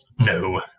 No